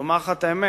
לומר לך את האמת,